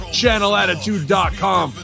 channelattitude.com